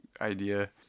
idea